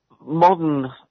Modern